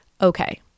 okay